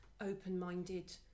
open-minded